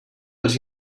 els